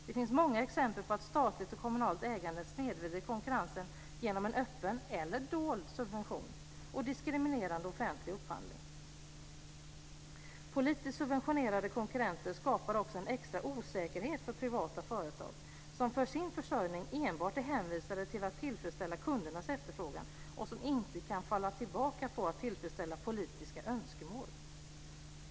Det finns många exempel på att statligt och kommunalt ägande snedvrider konkurrensen genom en öppen, eller en dold, subvention och genom en diskriminerande offentlig upphandling. Politiskt subventionerade konkurrenter skapar också en extra osäkerhet för privata företag som för sin försörjning är hänvisade enbart till att tillfredsställa kundernas efterfrågan och som inte kan falla tillbaka på att tillfredsställa politiska önskemål.